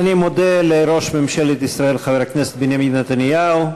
אני מודה לראש ממשלת ישראל חבר הכנסת בנימין נתניהו,